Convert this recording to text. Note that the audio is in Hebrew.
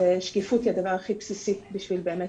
שקיפות היא הדבר הכי בסיסי בשביל באמת